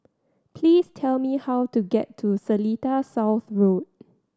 please tell me how to get to Seletar South Road